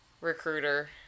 recruiter